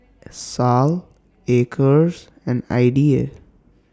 Sal Acres and Ida